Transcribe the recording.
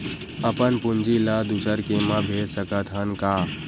अपन पूंजी ला दुसर के मा भेज सकत हन का?